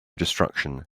destruction